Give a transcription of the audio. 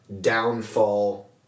downfall